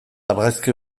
argazki